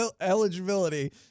eligibility